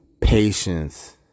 Patience